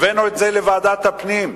הבאנו את זה לוועדת הפנים.